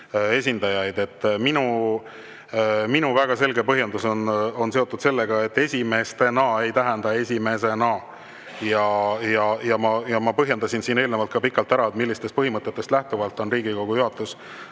Minu väga selge põhjendus on seotud sellega, et "esimestena" ei tähenda "esimesena". Ja ma põhjendasin siin eelnevalt pikalt ära, millistest põhimõtetest lähtuvalt on Riigikogu juhatus